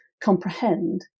comprehend